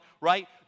right